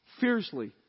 fiercely